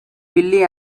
willy